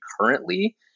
currently